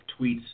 tweets